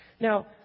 Now